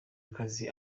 akazi